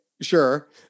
sure